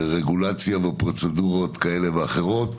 רגולציה ופרוצדורות כאלו ואחרות.